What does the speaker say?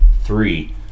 Three